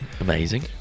Amazing